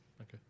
okay